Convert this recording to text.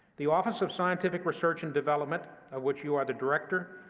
the office of scientific research and development, of which you are the director,